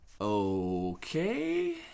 Okay